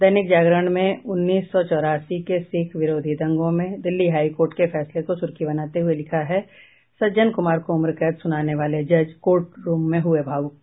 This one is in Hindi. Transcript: दैनिक जागरण ने उन्नीस सौ चौरासी के सिख विरोधी दंगों में दिल्ली हाईकोर्ट के फैसले को सुर्खी बनाते हुए लिखा है सज्जन कुमार को उम्र कैद सुनाने वाले जज कोर्ट रूम में हुए भावुक